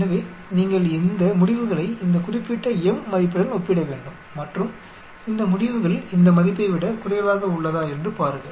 எனவே நீங்கள் இந்த முடிவுகளை இந்த குறிப்பிட்ட m மதிப்புடன் ஒப்பிட வேண்டும் மற்றும் இந்த முடிவுகள் இந்த மதிப்பை விட குறைவாக உள்ளதா என்று பாருங்கள்